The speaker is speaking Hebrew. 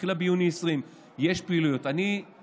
התחילה ביוני 2020. בשל הרצינות,